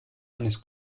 eines